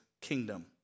kingdom